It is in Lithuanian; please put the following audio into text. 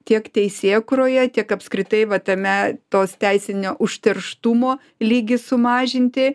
tiek teisėkūroje tiek apskritai va tame tos teisinio užterštumo lygį sumažinti